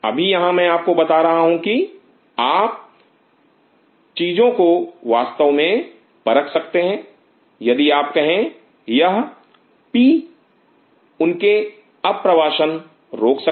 अभी यहां मैं आपको बता रहा हूं कि आप चीजों को वास्तव में परख सकते हैं यदि आप कहे यह पी उनके अप्रवासन रोक सके